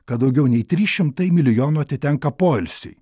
kad daugiau nei trys šimtai milijonų atitenka poilsiui